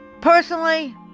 Personally